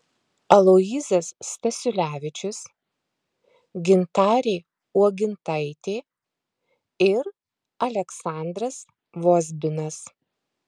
aloyzas stasiulevičius gintarė uogintaitė ir aleksandras vozbinas